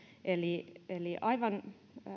eli eli aivan